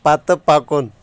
پتہٕ پَکُن